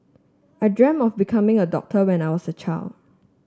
I dreamt of becoming a doctor when I was a child